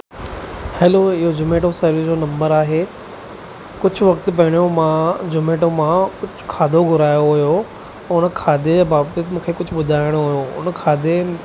hello इहो Zomato service जो number आहे कुझु वक़्तु पहिरियों मां ज़ोमैटो मां कुझु खाधो घुरायो हुओ उन खाधे जे बाबति मूंखे कुझु ॿुधाइणो हुओ हुन खाधे